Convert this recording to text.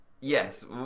yes